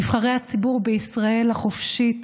נבחרי הציבור בישראל החופשית,